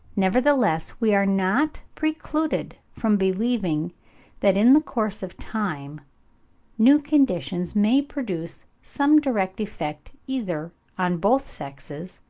nevertheless we are not precluded from believing that in the course of time new conditions may produce some direct effect either on both sexes,